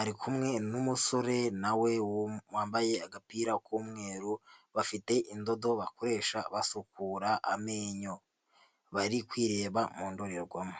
ari kumwe n'umusore nawe wambaye agapira k'umweru bafite indodo bakoresha basukura amenyo, bari kwireba mu ndorerwamo.